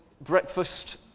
breakfast